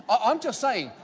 i'm just saying,